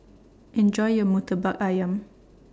Enjoy your Murtabak Ayam